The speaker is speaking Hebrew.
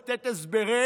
לתת הסברים,